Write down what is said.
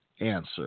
answer